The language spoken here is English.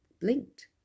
blinked